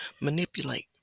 manipulate